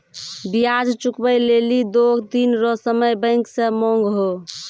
ब्याज चुकबै लेली दो दिन रो समय बैंक से मांगहो